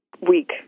week